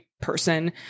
person